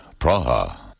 Praha